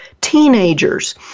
teenagers